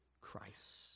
Christ